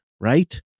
right